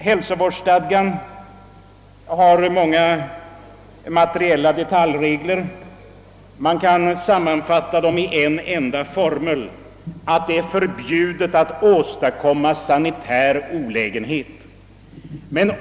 Hälsovårdsstadgan har många materiella detaljregler, som man kan sammanfatta i en enda formel: det är förbjudet att åstadkomma sanitär olägenhet.